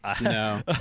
No